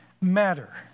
matter